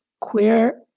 queer